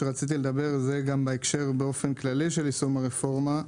וזה בהקשר הכללי ליישום הרפורמה,